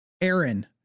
Aaron